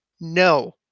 No